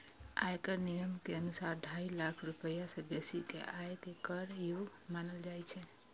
आयकर नियम के अनुसार, ढाई लाख रुपैया सं बेसी के आय कें कर योग्य मानल जाइ छै